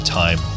time